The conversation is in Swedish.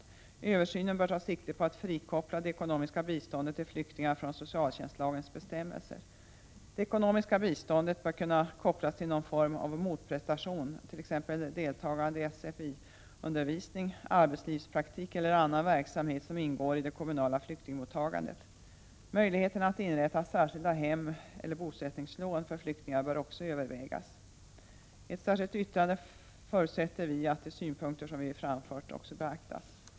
Vid översynen bör man ta sikte på att frikoppla det ekonomiska biståndet till flyktingar från socialtjänstlagens bestämmelser. Det ekonomiska biståndet bör kunna kopplas till någon form av motprestation, t.ex. deltagande i SFI-undervisning, arbetslivspraktik eller annan verksamhet som ingår i det kommunala flyktingmottagandet. Möjligheterna att inrätta särskilda hemeller bosättningslån för flyktingar bör också övervägas. I ett särskilt yttrande förutsätter vi i centerpartiet att de synpunkter som vi har framfört beaktas.